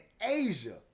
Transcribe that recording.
Asia